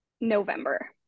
november